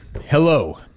Hello